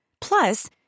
Plus